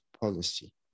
policy